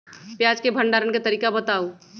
प्याज के भंडारण के तरीका बताऊ?